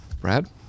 brad